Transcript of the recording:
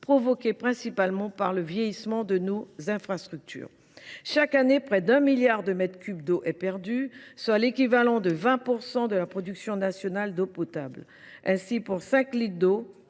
provoquées par le vieillissement de nos infrastructures. Chaque année, près de 1 milliard de mètres cubes d’eau sont perdus, soit l’équivalent de 20 % de la production nationale d’eau potable. Autrement dit, pour cinq litres d’eau